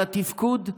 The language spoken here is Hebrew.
על התפקוד,